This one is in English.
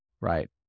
right